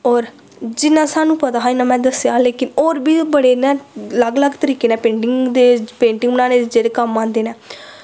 होर जिन्ना सानूं पता हा इन्ना में दस्सेआ लेकिन होर बी बड़े न अलग अलग तरीके न पेंटिंग दे पेंटिंग बनाने दे जेह्ड़े कम्म आंदे न